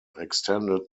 extended